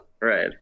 Right